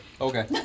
okay